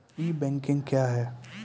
ई banking क्या हैं?